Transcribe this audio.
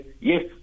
yes